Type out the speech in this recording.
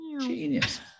Genius